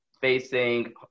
facing